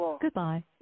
Goodbye